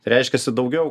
reiškiasi daugiau